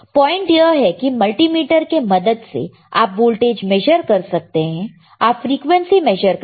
point यह है कि मल्टीमीटर के मदद से आप वोल्टेज मेजर कर सकते हैं आप फ्रीक्वेंसी मेजर कर सकते हैं